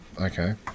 okay